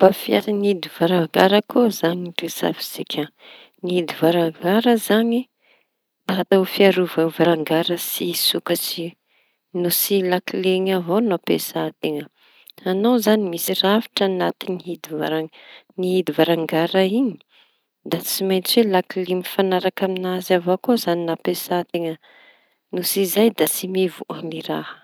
Ny fomba fiasa hidi varavara koa zañy resafintsika. Ny hidy varavara zañy mba ho fiarova varangara tsy hisokatsy no tsy lakileñy avao no ampiasa-teña. Hitañao zañy misy rafitry añaty hidy var- varangara iñy da tsy maintsy lakile mifañaraky amiñazy avao koa no ampiasateña no tsy zay da tsy mivoa ny raha.